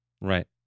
Right